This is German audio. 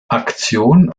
aktion